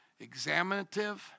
Examinative